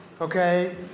okay